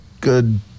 good